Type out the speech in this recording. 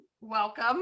welcome